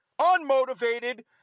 unmotivated